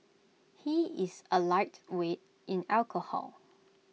he is A lightweight in alcohol